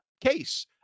case